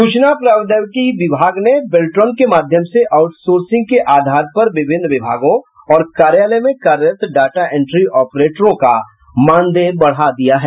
सूचना प्रावैधिकी विभाग ने बेल्ट्रॉन के माध्यम से आउट सोर्सिंग के आधार पर विभिन्न विभागों और कार्यालय में कार्यरत डाटा इंट्री ऑपरेटरों का मानदेय बढ़ा दिया है